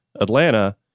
Atlanta